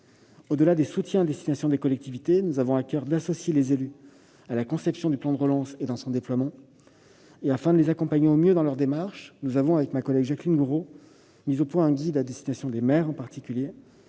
Au-delà des soutiens à destination des collectivités, nous avons eu à coeur d'associer les élus dès la conception du plan de relance et dans son déploiement. Afin de les accompagner au mieux dans leurs démarches, ma collègue Jacqueline Gourault et moi-même avons mis au point un guide à destination des maires en particulier.